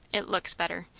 it looks better,